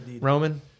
Roman